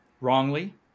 wrongly